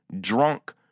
drunk